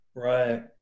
Right